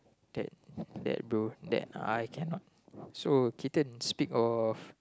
that that bro that uh I cannot speak of so Keaton